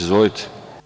Izvolite.